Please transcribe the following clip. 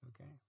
Okay